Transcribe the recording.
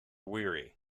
weary